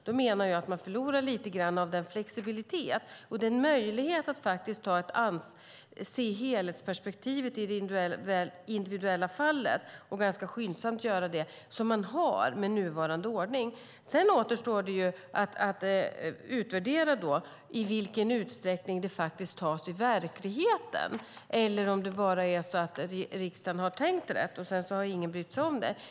Jag menar att man då förlorar lite av den flexibilitet och den möjlighet att se helhetsperspektivet i det enskilda fallet, liksom möjligheten att göra det ganska skyndsamt, som man har med nuvarande ordning. Sedan återstår att utvärdera i vilken utsträckning detta faktiskt görs i verkligheten eller om det bara är så att riksdagen har tänkt rätt utan att någon har brytt sig om det.